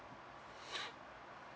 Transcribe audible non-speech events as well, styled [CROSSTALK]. [BREATH]